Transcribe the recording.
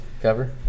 cover